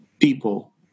people